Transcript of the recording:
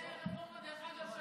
זו רפורמה,